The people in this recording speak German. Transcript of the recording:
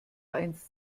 einst